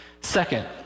Second